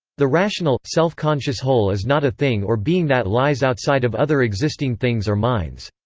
the rational, self-conscious whole is not a thing or being that lies outside of other existing things or minds.